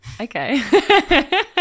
Okay